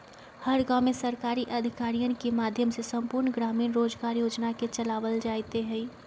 हर गांव में सरकारी अधिकारियन के माध्यम से संपूर्ण ग्रामीण रोजगार योजना के चलावल जयते हई